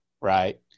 Right